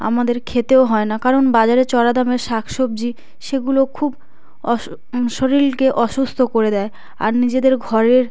আমাদের খেতেও হয় না কারণ বাজারে চড়া দামের শাক সবজি সেগুলো খুব শরীরকে অসুস্থ করে দেয় আর নিজেদের ঘরের